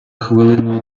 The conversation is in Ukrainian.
хвилину